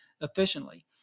efficiently